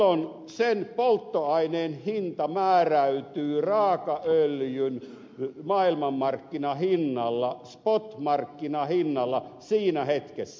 silloin sen polttoaineen hinta määräytyy raakaöljyn maailmanmarkkinahinnalla spot markkinahinnalla siinä hetkessä